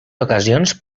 ocasions